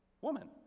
woman